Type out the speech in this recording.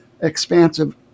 expansive